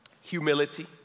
Humility